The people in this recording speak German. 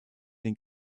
den